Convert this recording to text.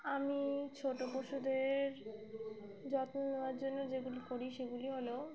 আমি ছোটো পশুদের যত্ন নেওয়ার জন্য যেগুলি করি সেগুলি হলো